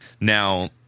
Now